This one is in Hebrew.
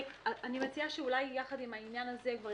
אני מציעה שאולי יחד עם העניין הזה כבר